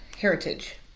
Heritage